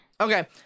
Okay